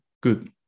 good